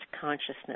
consciousness